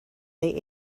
they